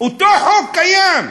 אותו חוק קיים,